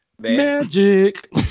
Magic